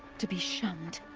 to be shunned.